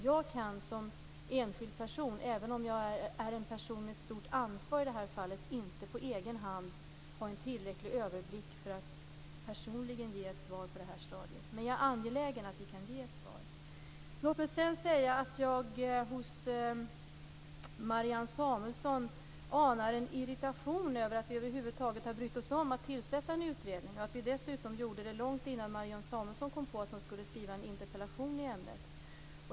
Jag kan som enskild person, även om jag i det här fallet är en person med ett stort ansvar, inte på egen hand ha en tillräcklig överblick för att personligen ge ett svar på det här stadiet. Men jag är angelägen att vi kan ge ett svar. Jag anar hos Marianne Samuelsson en irritation över att vi över huvud taget har brytt oss om att tillsätta en utredning, och att vi dessutom gjorde det långt innan Marianne Samuelsson kom på att hon skulle skriva en interpellation i ämnet.